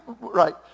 right